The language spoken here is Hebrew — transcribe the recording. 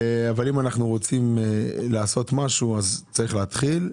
אבל אם אנחנו רוצים לעשות משהו צריך להתחיל,